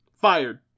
Fired